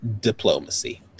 diplomacy